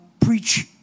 preach